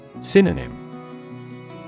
Synonym